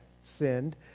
sinned